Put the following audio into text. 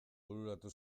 bururatu